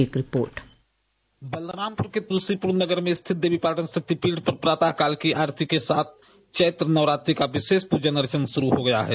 एक रिपोर्ट बलरामपुर के तुलसीपुर नगर में स्थित देवीपाटन शक्तिपीठ पर प्रातः काल की आरती के साथ चेत्र नवरात्रि का विशेष पूजन अर्चन शुरू हो गया है